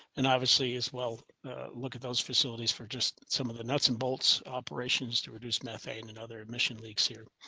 and obviously as well look at those facilities for just some of the nuts and bolts operations to reduce methane and other admission leaks here.